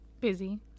Busy